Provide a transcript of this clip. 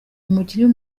umukinnyi